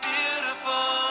Beautiful